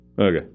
Okay